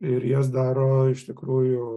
ir jas daro iš tikrųjų